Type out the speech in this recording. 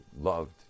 loved